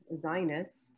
Zionist